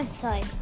sorry